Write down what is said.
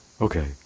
Okay